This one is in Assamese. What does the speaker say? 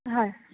হয়